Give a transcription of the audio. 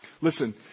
Listen